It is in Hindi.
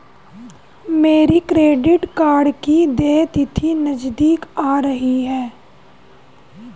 मेरे क्रेडिट कार्ड की देय तिथि नज़दीक आ रही है